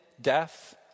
death